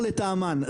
לטעמן.